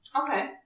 Okay